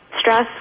Stress